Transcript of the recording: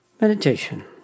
Meditation